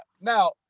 Now